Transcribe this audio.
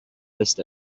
list